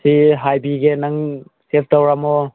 ꯁꯦ ꯍꯥꯏꯕꯤꯒꯦ ꯅꯪ ꯁꯦꯞ ꯇꯧꯔꯝꯃꯣ